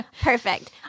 Perfect